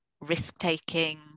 risk-taking